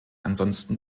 ansonsten